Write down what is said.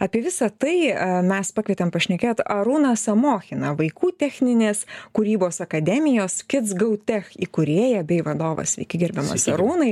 apie visą tai mes pakvietėm pašnekėt arūną samochiną vaikų techninės kūrybos akademijos kits gau tech įkūrėją bei vadovą sveiki gerbiamas arūnai